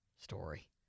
story